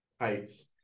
Heights